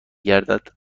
گردد